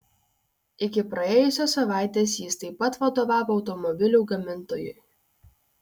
iki praėjusios savaitės jis taip pat vadovavo automobilių gamintojui